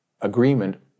agreement